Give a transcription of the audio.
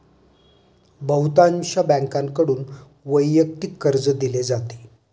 बहुतांश बँकांकडून वैयक्तिक कर्ज दिले जाते